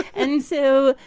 and so.